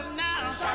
now